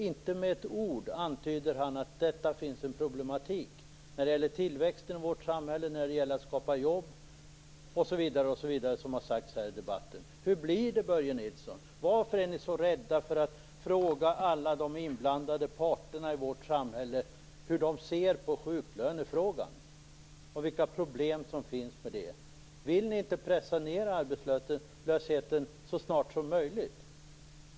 Inte med ett ord antyder han att här finns en problematik - när det gäller tillväxten i vårt samhälle, när det gäller att skapa jobb, m.fl. aspekter som har nämnts i debatten. Hur blir det, Börje Nilsson? Varför är ni så rädda för att fråga de inblandade parterna i vårt samhälle hur de ser på sjuklönefrågan och vilka problem som finns med den? Vill ni inte pressa ned arbetslösheten så snart som möjligt?